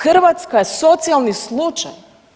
Hrvatska je socijalni slučaj.